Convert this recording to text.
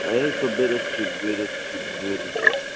এই তো বেরোচ্ছি বেরোচ্ছি বেরোচ্ছি